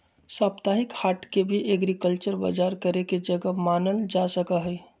साप्ताहिक हाट के भी एग्रीकल्चरल बजार करे के जगह मानल जा सका हई